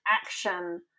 action